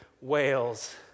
whales